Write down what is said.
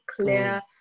clear